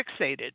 fixated